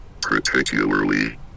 Particularly